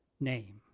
name